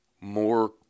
more